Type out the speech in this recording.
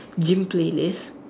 gym playlist